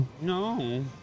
No